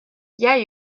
yeah